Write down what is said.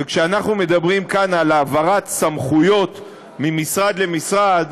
וכשאנחנו מדברים כאן על העברת סמכויות ממשרד למשרד,